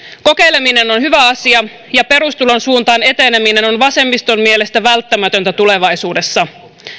kokeileminen on hyvä asia ja perustulon suuntaan eteneminen on vasemmiston mielestä välttämätöntä tulevaisuudessa